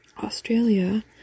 Australia